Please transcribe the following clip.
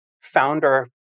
founder